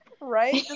Right